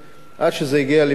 עד שזה הגיע לפתחנו,